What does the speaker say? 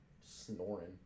Snoring